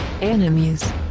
enemies